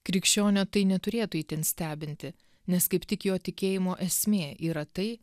krikščionio tai neturėtų itin stebinti nes kaip tik jo tikėjimo esmė yra tai